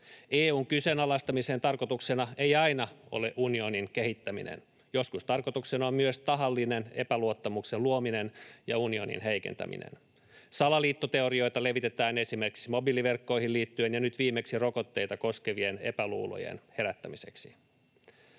EU:n kyseenalaistamisen tarkoituksena ei aina ole unionin kehittäminen. Joskus tarkoituksena on myös tahallinen epäluottamuksen luominen ja unionin heikentäminen. Salaliittoteorioita levitetään esimerkiksi mobiiliverkkoihin liittyen ja nyt viimeksi rokotteita koskevien epäluulojen herättämiseksi.